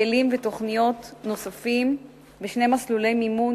כלים ותוכניות נוספים בשני מסלולי מימון